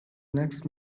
next